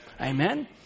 Amen